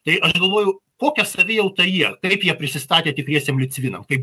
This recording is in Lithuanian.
tai aš galvoju kokia savijauta jie kaip jie prisistatė tikriesiem licvinam kaip